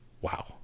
Wow